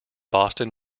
boston